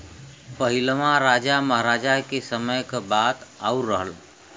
पहिलवा राजा महराजा के समय क बात आउर रहल